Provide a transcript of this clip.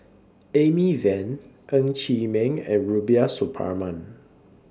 Amy Van Ng Chee Meng and Rubiah Suparman